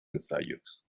ensayos